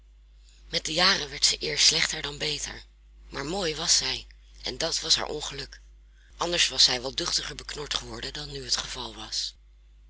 met de jaren werd zij eer slechter dan beter maar mooi was zij en dat was haar ongeluk anders was zij wel duchtiger beknord geworden dan nu het geval was